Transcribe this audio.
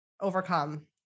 overcome